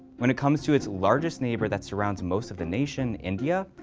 when it comes to its largest neighbor that surrounds most of the nation, india,